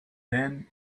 then